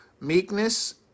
Meekness